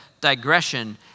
digression